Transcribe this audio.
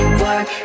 work